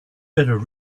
better